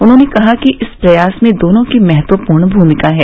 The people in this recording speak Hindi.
उन्होंने कहा कि इस प्रयास में दोनों की महत्वपूर्ण भूमिका है